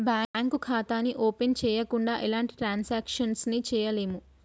bank ఖాతాని open చెయ్యకుండా ఎలాంటి ట్రాన్సాక్షన్స్ ని చెయ్యలేము